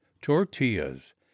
tortillas